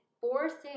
forcing